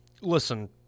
Listen